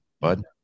bud